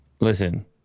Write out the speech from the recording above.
listen